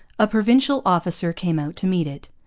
a provincial officer came out to meet it.